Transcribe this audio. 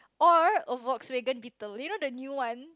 or a Volkswagen Beetle you know the new one